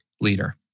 leader